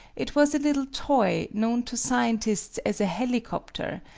it was a little toy, known to scientists as a helicoptere,